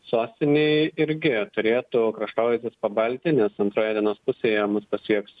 sostinėj irgi turėtų kraštovaizdis pabalti nes antroje dienos pusėje mus pasieks